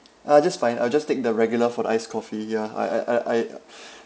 ah just fine I'll just take the regular for the iced coffee ya I I I I